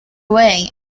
way